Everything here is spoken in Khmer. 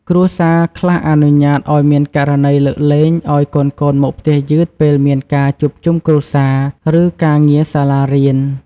គ្រួសារខ្លះអនុញ្ញាតឱ្យមានករណីលើកលែងឱ្យកូនៗមកផ្ទះយឺតពេលមានការជួបជុំគ្រួសារ ឬការងារសាលារៀន។